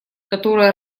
которая